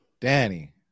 Danny